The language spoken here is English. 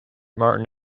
martin